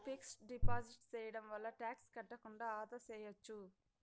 fixed deposit సేయడం వల్ల tax కట్టకుండా ఆదా సేయచ్చు